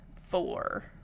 four